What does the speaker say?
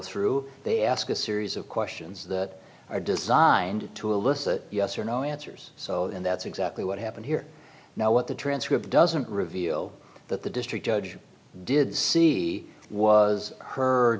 through they ask a series of questions that are designed to elicit yes or no answers so and that's exactly what happened here now what the transcript doesn't reveal that the district judge did see was her